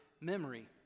memory